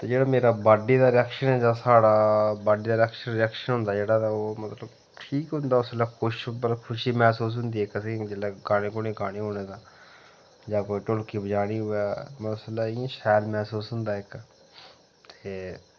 ते जेह्ड़ा मेरा बॉडी दा रिएक्शन ऐ जेह्ड़ा साहढ़ा बॉड़ी दा रिएक्शन हुंदा जेह्ड़ा ते ओह् मतलब ठीक हुंदा उसलै खुश पर खुशी महसूस हुंदी एक्क असेंगी जिल्लै गाने गूने गाने होन तां यां कोई ढोल्की बजानी होवे उस्सलै इयां शैल महसूस हुंदा इक्क ते